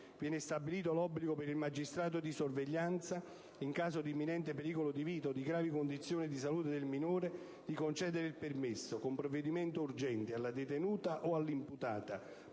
altresì stabilito l'obbligo per il magistrato di sorveglianza - in caso di imminente pericolo di vita o di gravi condizioni di salute del minore - di concedere il permesso, con provvedimento urgente, alla detenuta o all'imputata